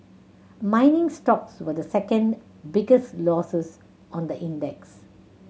mining stocks were the second biggest losers on the index